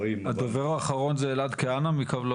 מדובר על חלק לא